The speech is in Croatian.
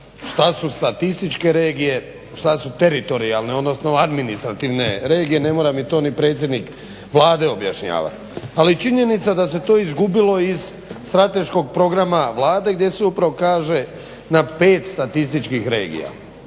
što su statističke regije, što su teritorijalne, odnosno administrativne regije ne mora mi to ni predsjednik Vlade objašnjavati. Ali je činjenica da se to izgubilo iz strateškog programa Vlade gdje se upravo kaže na pet statističkih regija